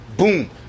Boom